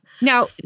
Now